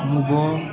ମୁଗ